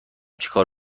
چیکار